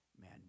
Man